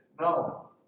No